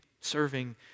serving